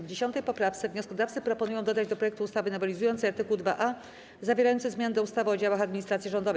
W 10. poprawce wnioskodawcy proponują dodać do projektu ustawy nowelizującej art. 2a zawierający zmiany do ustawy o działach administracji rządowej.